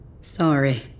Sorry